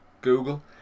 Google